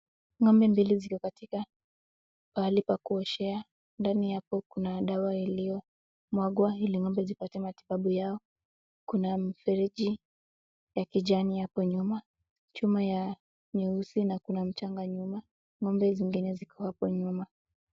Ng'ombe mbili ziko katika pahali pa kuoshea ,ndani hapo kuna dawa iliyomwagwa ng'ombe zipate matibabu yao ,kuna mfereji ya kijamii hapo nyuma chuma ya nyeusi na kuna mchanga nyuma ng'ombe zingine ziko hapo nyuma .